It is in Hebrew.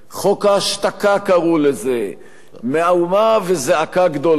"חוק ההשתקה" קראו לזה, מהומה וזעקה גדולה.